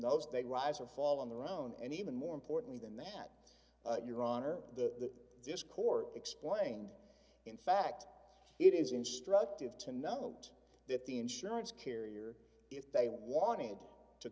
those they rise or fall on their own and even more importantly than that your honor the disk or explained in fact it is instructive to note that the insurance carrier if they wanted to